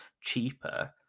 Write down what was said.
cheaper